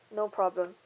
no problem